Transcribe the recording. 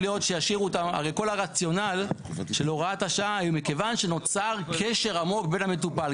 הרי כל הרציונל של הוראת השעה היא מכיוון שנוצר קשר עמוק בין המטופל.